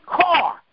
car